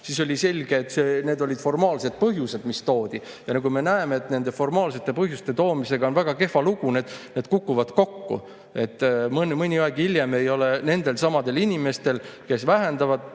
siis oli selge, et need olid formaalsed põhjused, mis toodi. Ja nagu me näeme, nende formaalsete põhjuste toomisega on väga kehv lugu, need kukuvad kokku. Mõni aeg hiljem ei ole nendelsamadel inimestel, kes vähendavad